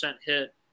hit